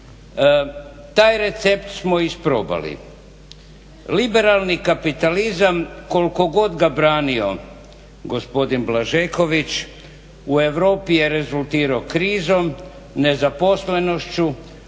Taj recept smo isprobali. Liberalni kapitalizam koliko god ga branio gospodin Blažeković u Europi je rezultirao krizom, nezaposlenošću,